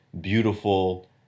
beautiful